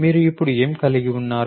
మీరు ఇప్పుడు ఏమి కలిగి ఉన్నారు